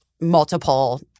multiple—